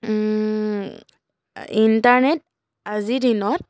internet আজিৰ দিনত